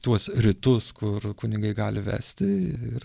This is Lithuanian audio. tuos rytus kur kunigai gali vesti ir